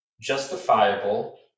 justifiable